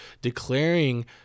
declaring